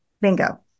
Bingo